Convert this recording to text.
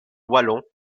wallon